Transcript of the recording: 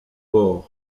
port